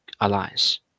alliance